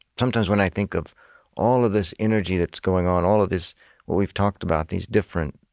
sometimes, when i think of all of this energy that's going on all of this, what we've talked about, these different